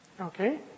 Okay